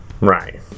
right